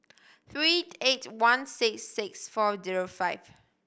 three eight one six six four zero five